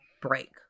break